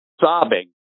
sobbing